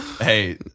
Hey